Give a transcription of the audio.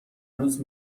روز